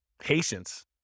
Patience